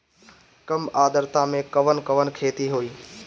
कम आद्रता में कवन कवन खेती होई?